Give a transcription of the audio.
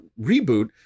reboot